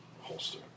holster